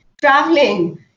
Traveling